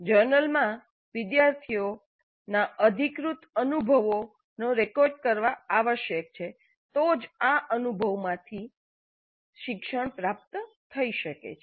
જર્નલમાં વિદ્યાર્થીના અધિકૃત અનુભવો રેકોર્ડ કરવા આવશ્યક છે તો જ અનુભવમાંથી શિક્ષણ પ્રાપ્ત થઈ શકે છે